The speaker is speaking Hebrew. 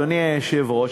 אדוני היושב-ראש.